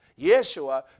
Yeshua